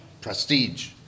prestige